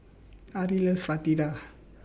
Ari loves Fritada